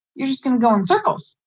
you're just going going in circles.